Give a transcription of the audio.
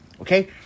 Okay